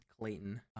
clayton